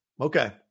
Okay